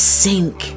sink